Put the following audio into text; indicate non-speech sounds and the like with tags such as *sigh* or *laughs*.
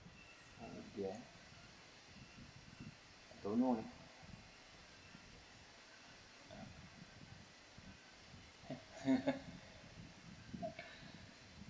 don't know *laughs*